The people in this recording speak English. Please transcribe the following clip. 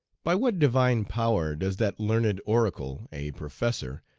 by what divine power does that learned oracle, a professor,